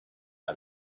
out